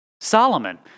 Solomon